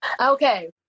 Okay